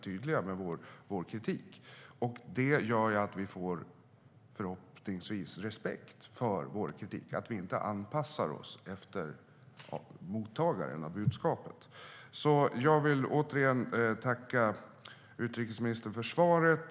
Förhoppningsvis får vi respekt för vår kritik eftersom vi inte anpassar oss efter mottagaren av budskapet. Jag vill återigen tacka utrikesministern för svaret.